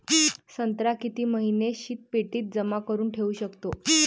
संत्रा किती महिने शीतपेटीत जमा करुन ठेऊ शकतो?